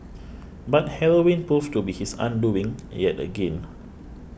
but heroin proved to be his undoing yet again